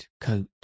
coat